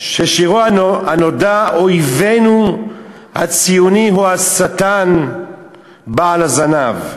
ששירו הנודע: "אויבנו הציוני הוא השטן בעל הזנב"